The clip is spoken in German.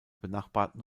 benachbarten